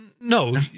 no